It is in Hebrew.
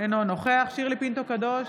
אינו נוכח שירלי פינטו קדוש,